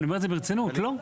לא.